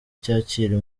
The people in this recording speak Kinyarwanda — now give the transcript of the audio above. cyakira